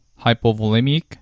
hypovolemic